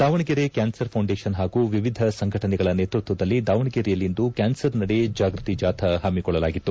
Davanagere cancer foundation ಹಾಗೂ ವಿವಿಧ ಸಂಘಟನೆಗಳ ನೇತೃತ್ವದಲ್ಲಿ ದಾವಣಗೆರೆಯಲ್ಲಿಂದು ಕ್ಯಾನ್ಸರ್ ನಡೆ ಜಾಗೃತಿ ಜಾಥಾ ಹಮ್ಮಿಕೊಳ್ಳಲಾಗಿತ್ತು